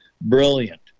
brilliant